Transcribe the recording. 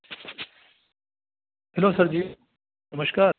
hello sir ji नमस्कार